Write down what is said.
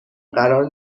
قرار